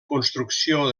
construcció